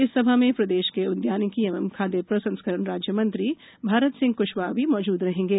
इस सभा में प्रदेश के उद्यानिकी एवं खाद्य प्रसंस्करण राज्य मंत्री स्वतंत्र प्रभार भारत सिंह क्शवाह भी मौजूद रहेंगे